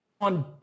on